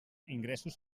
ingressos